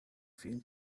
film